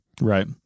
Right